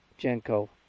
Jenko